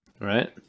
Right